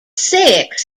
six